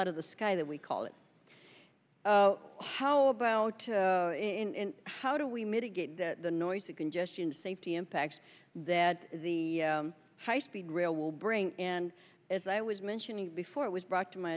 lot of the sky that we call it how about in how do we mitigate the noise of congestion safety impacts that the high speed rail will bring and as i was mentioning before it was brought to my